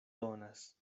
donas